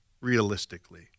realistically